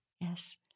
Yes